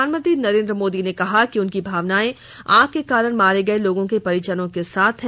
प्रधानमंत्री नरेन्द्र मोदी ने कहा कि उनकी भावनाएं आग के कारण मारे गए लोगों के परिजनों के साथ हैं